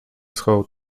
schował